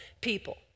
people